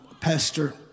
pastor